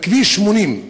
בכביש 80,